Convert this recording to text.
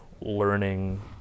learning